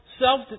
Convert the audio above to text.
self